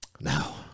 Now